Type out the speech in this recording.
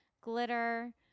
glitter